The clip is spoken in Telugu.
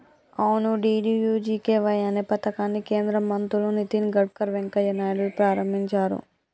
అవును డి.డి.యు.జి.కే.వై అనే పథకాన్ని కేంద్ర మంత్రులు నితిన్ గడ్కర్ వెంకయ్య నాయుడులు ప్రారంభించారు